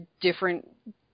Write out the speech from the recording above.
different